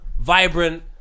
vibrant